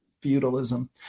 feudalism